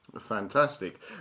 Fantastic